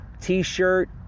t-shirt